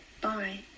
Bye